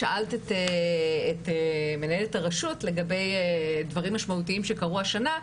שאלת את מנהלת הרשות לגבי דברים משמעותיים שקרו השנה.